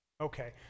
Okay